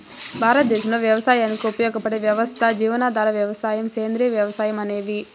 భారతదేశంలో వ్యవసాయానికి ఉపయోగపడే వ్యవస్థలు జీవనాధార వ్యవసాయం, సేంద్రీయ వ్యవసాయం అనేవి